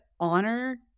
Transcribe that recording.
honor